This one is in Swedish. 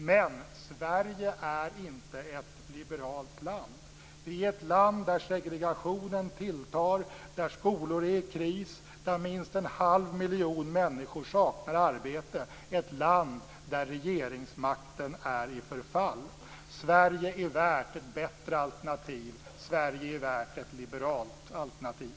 Men Sverige är inte ett liberalt land. Vi är ett land där segregationen tilltar, där skolor är i kris och där minst en halv miljon människor saknar arbete. Vi är ett land där regeringsmakten är i förfall. Sverige är värt ett bättre alternativ. Sverige är värt ett liberalt alternativ.